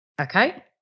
Okay